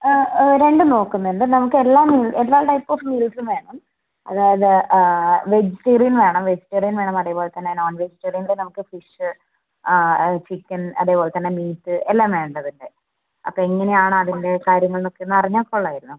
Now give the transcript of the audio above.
രണ്ടും നോക്കുന്നുണ്ട് നമുക്ക് എല്ലാം എല്ലാ ടൈപ്പ് ഓഫ് മീൽസും വേണം അതായത് വെജിറ്റേറിയൻ വേണം വെജിറ്റേറിയൻ വേണം ആ അതേപോലെ തന്നെ നോൺ വെജിറ്റേറിയനിൽ ഫിഷ് ആ ചിക്കൻ അതേപോലെ തന്നെ മീറ്റ് എല്ലാം വേണ്ടതൊക്കെ അപ്പോൾ എങ്ങനെയാണതിൻ്റെ കാര്യങ്ങൾ എന്നൊക്കെ അറിഞ്ഞാൽ കൊള്ളാമായിരുന്നു